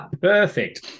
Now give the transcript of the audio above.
perfect